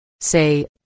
say